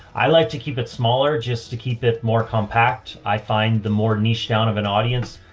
i like to keep it smaller, just to keep it more compact. i find the more niche down of an audience,